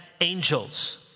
angels